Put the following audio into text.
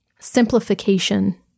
simplification